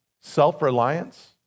self-reliance